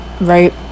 right